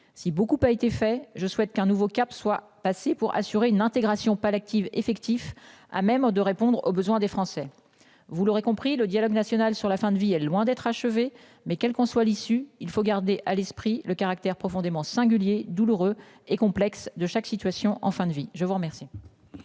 Si beaucoup a été fait. Je souhaite qu'un nouveau cap soit passée pour assurer une intégration active effectif à même de répondre aux besoins des Français. Vous l'aurez compris, le dialogue national sur la fin de vie est loin d'être achevée. Mais quel qu'on soit l'issue, il faut garder à l'esprit le caractère profondément singulier douloureux et complexe de chaque situation. En fin de vie. Je vous remercie.